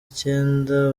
icyenda